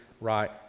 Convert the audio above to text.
right